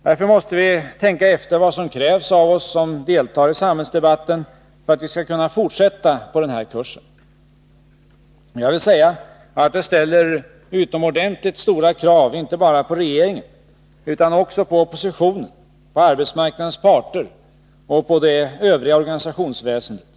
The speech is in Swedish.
Därför måste vi tänka efter vad som krävs av oss som deltar i samhällsdebatten, för att vi skall kunna fortsätta på den här kursen. Jag vill säga att det ställer utomordentligt stora krav, inte bara på regeringen utan också på oppositionen, på arbetsmarknadens parter och på det övriga organisationsväsendet.